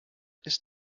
ist